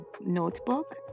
notebook